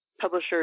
Publisher